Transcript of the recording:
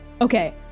okay